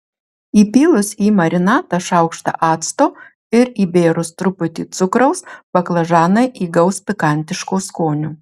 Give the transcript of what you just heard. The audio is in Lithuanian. įpylus į marinatą šaukštą acto ir įbėrus truputį cukraus baklažanai įgaus pikantiško skonio